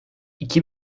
iki